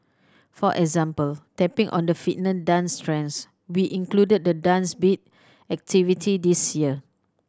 for example tapping on the dance trends we included the Dance Beat activity this year